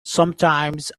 sometimes